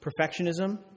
perfectionism